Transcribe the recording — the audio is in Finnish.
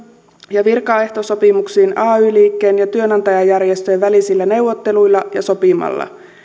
ja virkaehtosopimuksiin ay liikkeen ja työnantajajärjestöjen välisillä neuvotteluilla ja sopimalla